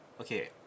okay